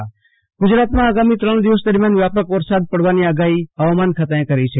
આશુ તોષ અંતાણી રાજય હવા માન ગુજરાતમાં આગામી ત્રણ દિવસ દરમ્યાન વ્યાપક વરસાદ પડવાની આગાહી હવામાન ખાતાએ કરી છે